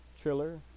Triller